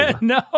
No